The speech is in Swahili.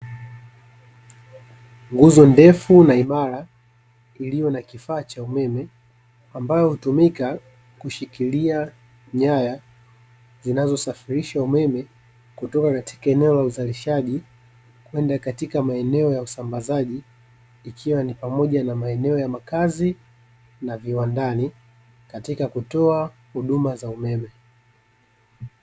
Nguzo ndefu na imara iliyo na kifaa cha umeme ambayo hutumika kushikilia nyaya zinazosafirisha umeme kutoka katika eneo la uzalishaji kwenda katika maeneo ya usambazaji ikiwa ni pamoja namaeneo ya makazi na viwandani katika kutoa huduma za umeme.